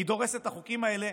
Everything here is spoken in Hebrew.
היא דורסת את החוקים האלה.